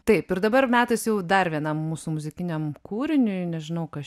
taip ir dabar metas jau dar vienam mūsų muzikiniam kūriniui nežinau kas